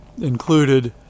included